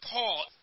Paul